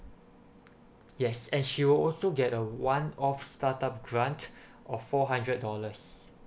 yes and she will also get a one off startup grant of four hundred dollars